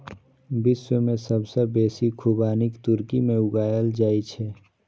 विश्व मे सबसं बेसी खुबानी तुर्की मे उगायल जाए छै